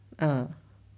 uh